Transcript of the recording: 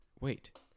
Wait